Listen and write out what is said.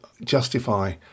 justify